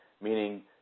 meaning